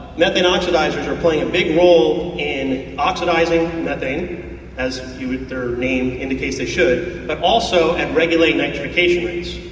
methane oxidizers are playing a big role in oxidizing methane as their name indicates they should, but also at regulating nitrification rates.